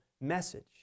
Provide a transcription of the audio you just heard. message